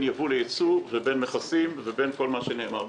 ייבוא לייצוא ובין מכסים ובין כל מה שנאמר.